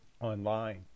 online